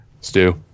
Stu